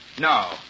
No